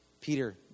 Peter